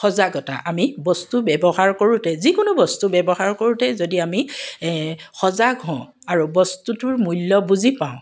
সজাগতা আমি বস্তু ব্যৱহাৰ কৰোঁতে যিকোনো বস্তু ব্যৱহাৰ কৰোঁতে যদি আমি সজাগ হওঁ আৰু বস্তুটোৰ মূল্য বুজি পাওঁ